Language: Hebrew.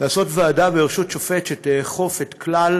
לעשות ועדה בראשות שופט שתאכוף את כלל